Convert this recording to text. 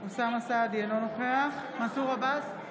אינו נוכח מנסור עבאס,